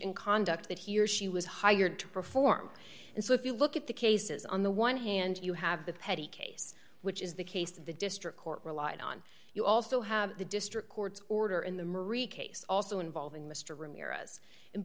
in conduct that he or she was hired to perform and so if you look at the cases on the one hand you have the petit case which is the case that the district court relied on you also have the district court's order in the mery case also involving mr ramirez